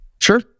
Sure